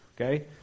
okay